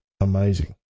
Amazing